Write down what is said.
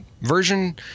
version